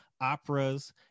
operas